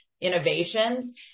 innovations